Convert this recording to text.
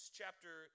chapter